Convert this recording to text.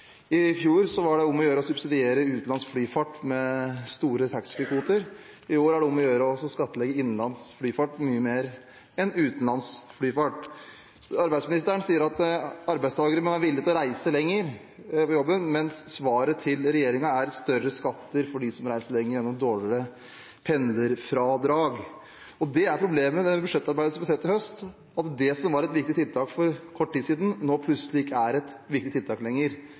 I fjor var det om å gjøre å subsidiere utenlandsk flyfart med store taxfree-kvoter. I år er det om å gjøre å skattlegge innenlands luftfart mye mer enn utenlands luftfart. Arbeidsministeren sier at arbeidstakere må være villig til å reise lenger til jobben, mens svaret fra regjeringen er større skatter for dem som reiser lenger, gjennom dårligere pendlerfradrag. Og det er problemet med det budsjettarbeidet vi har sett i høst, at det som var et viktig tiltak for kort tid siden, nå plutselig ikke er et viktig tiltak lenger.